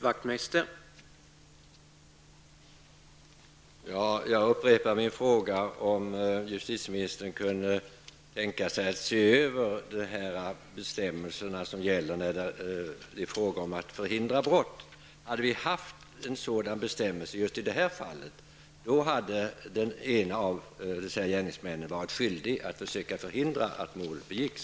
Herr talman! Jag upprepar min fråga om justititeministern kan tänka sig att se över de bestämmelser som gäller när det är fråga om att förhindra brott. Hade vi haft en sådan bestämmelse när det gäller just det här fallet hade den ene av gärningsmännen varit skyldig att försöka förhindra att mordet begicks.